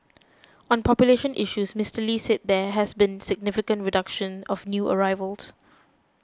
on population issues Mister Lee said there has been significant reduction of new arrivals